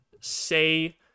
say